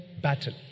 battle